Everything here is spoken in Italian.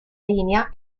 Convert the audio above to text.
linea